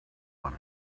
him